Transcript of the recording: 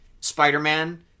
Spider-Man